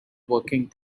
working